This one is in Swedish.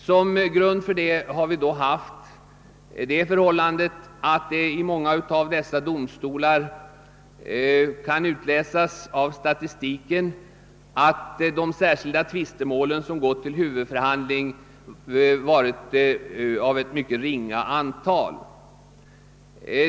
Som grund för denna uppfattning har vi lagt det förhållandet, att det av statistiken kan utläsas att de särskilda tvistemål, som gått till huvudförhandling vid dessa domstolar, uppgått till ett mycket ringa antal.